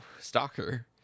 stalker